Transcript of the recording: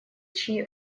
чьи